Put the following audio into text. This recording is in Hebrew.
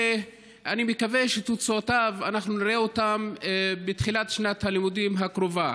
אני מקווה שאת תוצאותיו אנחנו נראה בתחילת שנת הלימודים הקרובה.